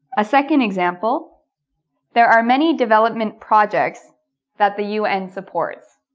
a second example there are many development projects that the un supports.